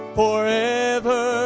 forever